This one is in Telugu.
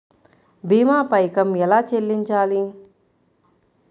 భీమా పైకం ఎలా చెల్లించాలి?